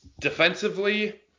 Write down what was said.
defensively